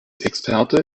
experte